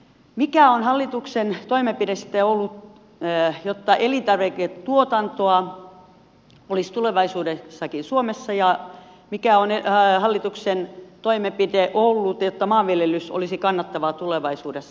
mikä on hallituksen toimenpide sitten ollut jotta elintarviketuotantoa olisi tulevaisuudessakin suomessa ja mikä on hallituksen toimenpide ollut jotta maanviljelys olisi kannattavaa tulevaisuudessa